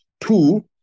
two